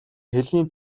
хэлний